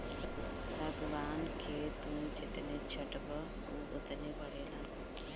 सागवान के तू जेतने छठबअ उ ओतने बढ़ेला